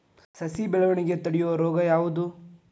ಸಸಿ ಬೆಳವಣಿಗೆ ತಡೆಯೋ ರೋಗ ಯಾವುದು?